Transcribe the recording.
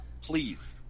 Please